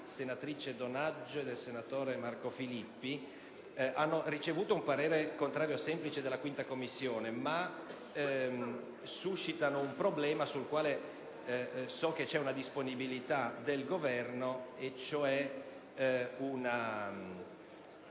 senatrice Donaggio e del senatore Marco Filippi, hanno ricevuto un parere contrario semplice della Commissione bilancio, ma suscitano un problema sul quale so che c'è una disponibilità del Governo,